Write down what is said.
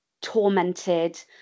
tormented